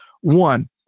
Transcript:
One